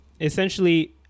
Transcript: essentially